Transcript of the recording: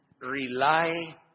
rely